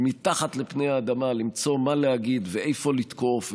מתחת לפני האדמה למצוא מה להגיד ואיפה לתקוף,